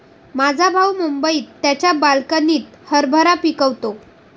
माझा भाऊ मुंबईत त्याच्या बाल्कनीत हरभरा पिकवतो